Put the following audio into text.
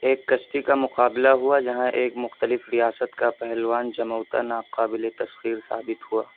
ایک کشتی کا مقابلہ ہوا جہاں ایک مختلف ریاست کا پہلوان جموتا ناقابل تسخیر ثابت ہوا